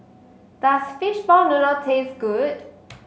does Fishball Noodle taste good